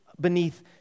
beneath